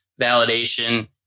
validation